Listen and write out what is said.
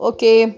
Okay